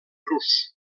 rus